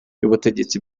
y’ubutegetsi